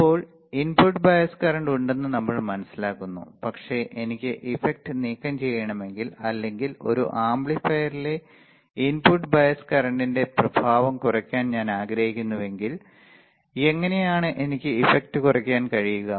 ഇപ്പോൾ input bias current ഉണ്ടെന്ന് നമ്മൾ മനസ്സിലാക്കുന്നു പക്ഷേ എനിക്ക് ഇഫക്റ്റ് നീക്കംചെയ്യണമെങ്കിൽ അല്ലെങ്കിൽ ഒരു ആംപ്ലിഫയറിലെ ഇൻപുട്ട് ബയസ് കറന്റിന്റെ പ്രഭാവം കുറയ്ക്കാൻ ഞാൻ ആഗ്രഹിക്കുന്നുവെങ്കിൽ എങ്ങനെയാണ് എനിക്ക് ഇഫക്റ്റ് കുറയ്ക്കാൻ കഴിയുക